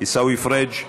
עיסאווי פריג'.